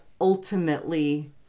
ultimately